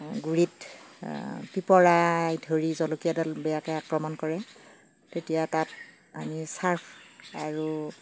গুৰিত পিপৰাই ধৰি জলকীয়াডাল বেয়াকৈ আক্ৰমণ কৰে তেতিয়া তাত আমি ছাৰ্ফ আৰু